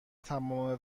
تمام